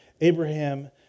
Abraham